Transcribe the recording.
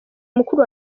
mukuru